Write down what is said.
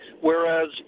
whereas